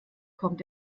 kommt